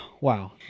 Wow